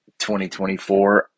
2024